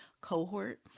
cohort